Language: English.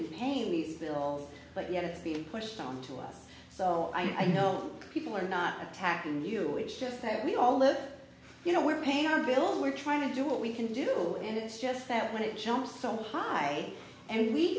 meet paying me still but yet it's being pushed onto us so i know people are not attacking you it's just that we all live you know we're paying our bills we're trying to do what we can do will and it's just that when it jumps so high and we